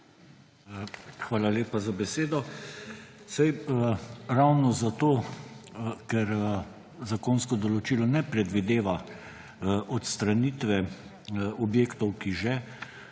Hvala lepa za besedo. Saj ravno zato, ker zakonsko določilo ne predvideva odstranitve objektov, ki že